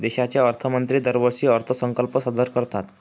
देशाचे अर्थमंत्री दरवर्षी अर्थसंकल्प सादर करतात